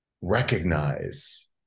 recognize